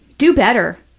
do better.